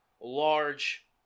large